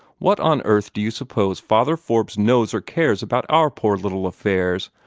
what on earth do you suppose father forbes knows or cares about our poor little affairs,